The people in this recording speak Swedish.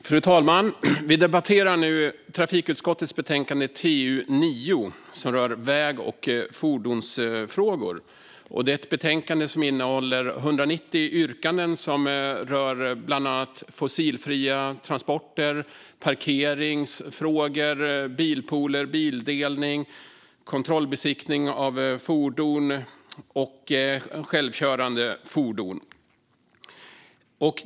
Fru talman! Vi debatterar nu trafikutskottets betänkande TU9 som rör väg och fordonsfrågor. Det är ett betänkande som innehåller 190 yrkanden som rör bland annat fossilfria transporter, parkeringsfrågor, bilpooler, bildelning, kontrollbesiktning av fordon och självkörande fordon.